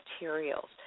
materials